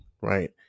right